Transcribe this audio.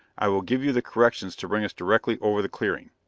i will give you the corrections to bring us directly over the clearing.